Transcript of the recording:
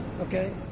okay